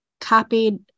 copied